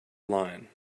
line